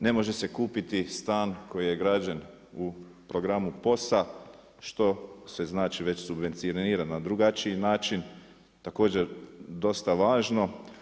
Ne može se kupiti stan koji je građen u programu POS-a, što se znači već subvencionira na drugačiji način, također dosta važno.